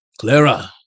Clara